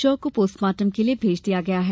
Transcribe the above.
शव को पोस्टमार्टम के लिये भेज दिया गया है